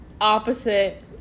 opposite